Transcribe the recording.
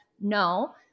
No